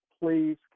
please